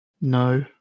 No